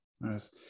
Nice